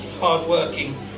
hard-working